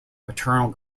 maternal